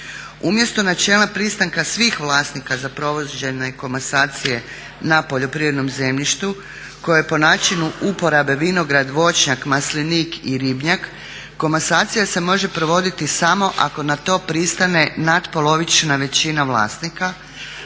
Umjesto načela pristanka svih vlasnika za provođenje komasacije na poljoprivrednom zemljištu koja je po načinu uporabe vinograd, voćnjak, maslinik i ribnjak, komasacija se može provoditi samo ako na to pristane natpolovična većina vlasnika